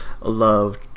love